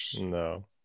No